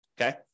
Okay